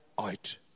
out